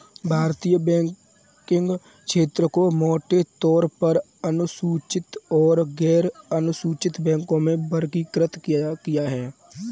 भारतीय बैंकिंग क्षेत्र को मोटे तौर पर अनुसूचित और गैरअनुसूचित बैंकों में वर्गीकृत किया है